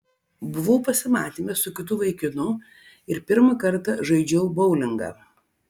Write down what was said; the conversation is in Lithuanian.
buvau pasimatyme su kitu vaikinu ir pirmą kartą žaidžiau boulingą